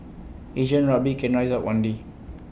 Asian rugby can rise up one day